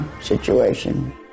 situation